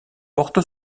porte